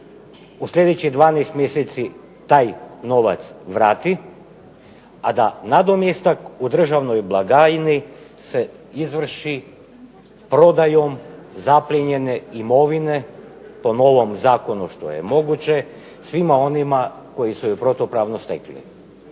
u sljedećih 12 mjeseci taj novac vrati, a da nadomjestak u državnoj blagajni se izvrši prodajom zaplijenjene imovine po novom zakonu što je moguće svima onima koji su je protupravno stekli.